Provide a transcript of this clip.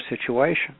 situation